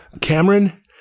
Cameron